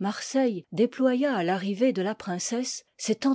marseille déploya à l'arrivée de la princesse cet